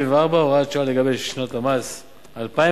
174) (הוראת שעה לגבי שנות המס 2007,